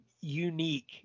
unique